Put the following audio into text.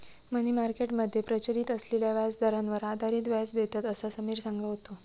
मनी market मध्ये प्रचलित असलेल्या व्याजदरांवर आधारित व्याज देतत, असा समिर सांगा होतो